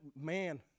man